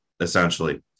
essentially